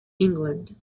england